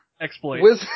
exploit